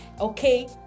Okay